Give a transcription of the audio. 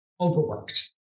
overworked